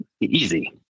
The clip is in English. Easy